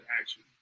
action